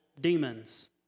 demons